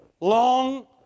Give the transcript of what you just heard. long